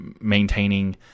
maintaining